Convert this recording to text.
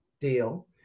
deal